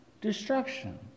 destruction